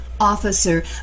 Officer